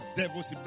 devils